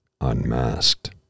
unmasked